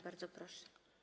Bardzo proszę.